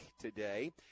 today